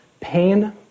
Pain